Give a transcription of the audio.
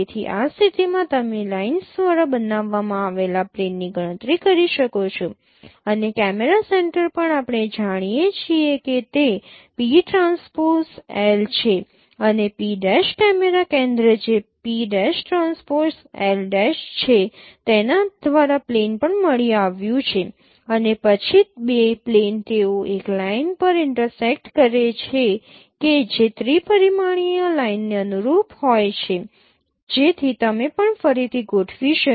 તેથી આ સ્થિતિમાં તમે લાઇન્સ દ્વારા બનાવવામાં આવેલા પ્લેનની ગણતરી કરી શકો છો અને કેમેરા સેન્ટર પણ આપણે જાણીએ છીએ કે તે છે અને P' કેમેરા કેન્દ્ર જે છે તેના દ્વારા પ્લેન પણ મળી આવ્યું છે અને પછી બે પ્લેન તેઓ એક લાઇન પર ઇન્ટરસેક્ટ કરે છે કે જે ત્રિ પરિમાણીય લાઇનને અનુરૂપ હોય છે જેથી તમે પણ ફરીથી ગોઠવી શકો